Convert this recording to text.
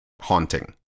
haunting